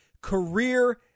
career